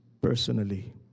personally